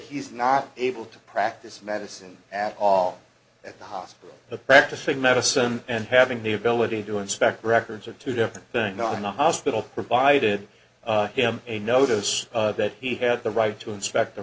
he's not able to practice medicine at all at the hospital but practicing medicine and having the ability to inspect records are two different thing not in a hospital provided him a notice that he had the right to inspect the